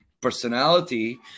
personality